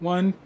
One